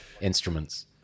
instruments